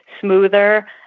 smoother